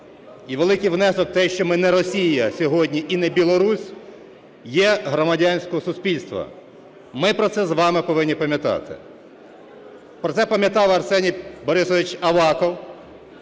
І великий внесок в те, що ми не Росія сьогодні і не Білорусь, є громадянське суспільство. Ми про це з вами повинні пам'ятати. Про це пам'ятав Арсеній Борисович Аваков.